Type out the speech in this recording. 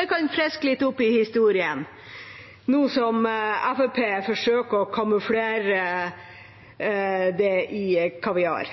Jeg kan friske opp minnet om historien litt, nå som Fremskrittspartiet prøver å kamuflere den i kaviar.